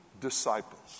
disciples